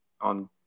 on